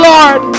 Lord